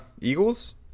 Eagles